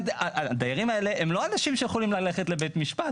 והאנשים האלה זה לא אנשים שיכולים ללכת לבית משפט,